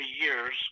years